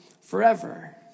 forever